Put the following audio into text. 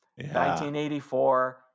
1984